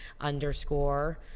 underscore